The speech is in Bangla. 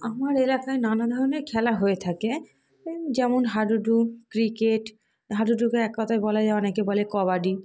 আপনার এলাকায় নানা ধরনের খেলা হয়ে থাকে ওই যেমন হাডুডু ক্রিকেট হাডুডুকে এক কথায় বলে যায় অনেকে বলে কবাডি